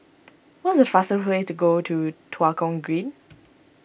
what is the fastest way to go to Tua Kong Green